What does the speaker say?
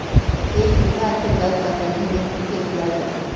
एक बिगहा खेतोत कतेरी एन.पी.के दियाल जहा?